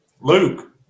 Luke